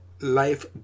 life